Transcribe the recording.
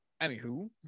Anywho